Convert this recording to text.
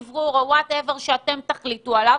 אוורור, וכל מה שתחליטו עליו.